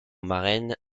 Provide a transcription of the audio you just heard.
marraine